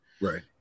Right